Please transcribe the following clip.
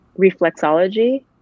reflexology